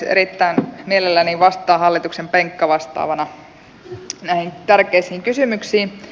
erittäin mielelläni vastaan hallituksen penkkavastaavana näihin tärkeisiin kysymyksiin